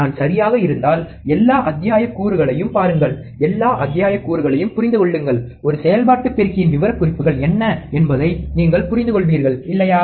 நான் சரியாக இருந்தால் எல்லா அத்தியாயக்கூறுகளையும் பாருங்கள் எல்லா அத்தியாயக்கூறுகளையும் புரிந்து கொள்ளுங்கள் ஒரு செயல்பாட்டு பெருக்கியின் விவரக்குறிப்புகள் என்ன என்பதை நீங்கள் புரிந்துகொள்வீர்கள் இல்லையா